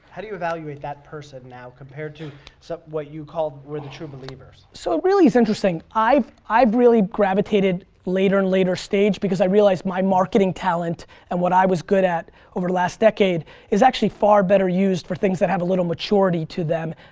how do you evaluate that person now, compared to so what you called were the true believers? so, it really is interesting. i've i've really gravitated later and later stage because i realized my marketing talent and what i was good at over the last decade is actually far better used for things that have a little maturity to them,